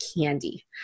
candy